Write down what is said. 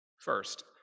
First